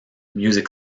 music